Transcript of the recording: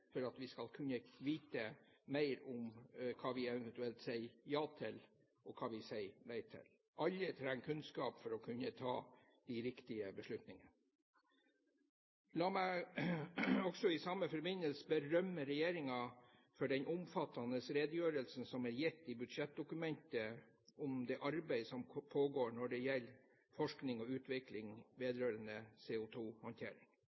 for at vi skal kunne vite mer om hva vi eventuelt sier ja til, og hva vi sier nei til. Alle trenger kunnskap for å kunne ta de riktige beslutningene. La meg også i samme forbindelse berømme regjeringen for den omfattende redegjørelsen som er gitt i budsjettdokumentet om det arbeid som pågår når det gjelder forskning og utvikling